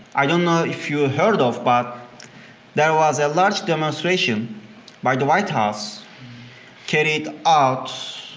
i don't know if you ah heard of but there was a large demonstration by the white house carrying out